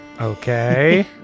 Okay